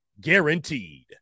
guaranteed